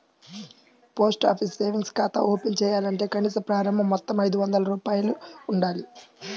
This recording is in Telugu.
పోస్ట్ ఆఫీస్ సేవింగ్స్ ఖాతా ఓపెన్ చేయాలంటే కనీస ప్రారంభ మొత్తం ఐదొందల రూపాయలు ఉండాలి